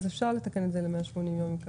אפשר לתקן ל-180 ימים.